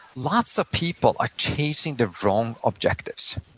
lots of people are chasing the wrong objectives